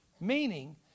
meaning